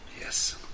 Yes